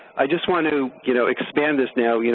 i just want to, you know, expand this now, you